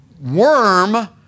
worm